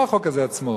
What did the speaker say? לא החוק הזה עצמו,